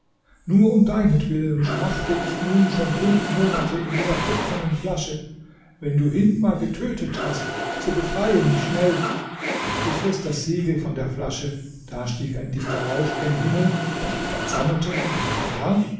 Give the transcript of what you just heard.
nur um deinetwillen schmachte ich nun schon fünf monate in dieser kupfernen flasche wenn du hindmar getötet hast so befreie mich schnell ich riß das siegel von der flasche da stieg ein dichter rauch gen himmel der sich bald sammelte und siehe da